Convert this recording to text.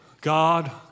God